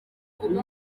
ubu